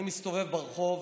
אני מסתובב ברחוב,